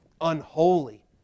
unholy